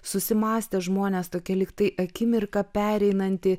susimąstę žmonės tokie lyg tai akimirka pereinanti